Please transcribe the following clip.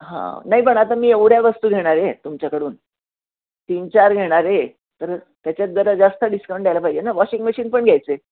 हां नाही पण आता मी एवढ्या वस्तू घेणार आहे तुमच्याकडून तीन चार घेणार आहे तर त्याच्यात जरा जास्त डिस्काऊंट द्यायला पाहिजे ना वॉशिंग मशीन पण घ्यायचं आहे